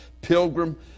pilgrim